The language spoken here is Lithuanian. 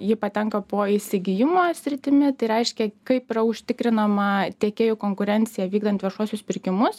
jį patenka po įsigijimo sritimi tai reiškia kaip yra užtikrinama tiekėjų konkurencija vykdant viešuosius pirkimus